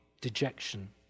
dejection